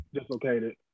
dislocated